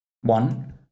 One